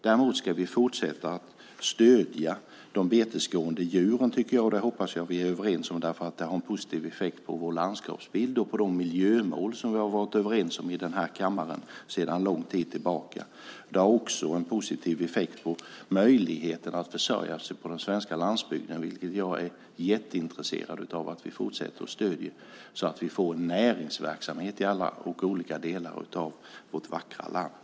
Däremot ska vi fortsätta att stödja de betesgående djuren. Det hoppas jag att vi är överens om därför att det har en positiv effekt på vår landskapsbild och på de miljömål som vi har varit överens om i kammaren sedan lång tid tillbaka. Det har också en positiv effekt på möjligheten att försörja sig på den svenska landsbygden, som jag är jätteintresserad av att vi fortsätter att stödja, så att vi får näringsverksamhet i alla olika delar av vårt vackra land.